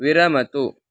विरमतु